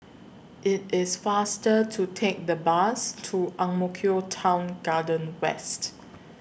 IT IS faster to Take The Bus to Ang Mo Kio Town Garden West